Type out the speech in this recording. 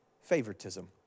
favoritism